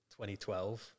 2012